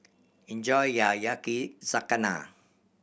enjoy your Yakizakana